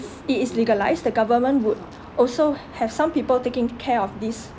it is legalised the government would also h~ have some people taking care of this